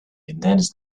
intense